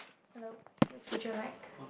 hello which would you like